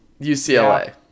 UCLA